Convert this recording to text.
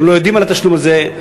הם לא יודעים על התשלום הזה.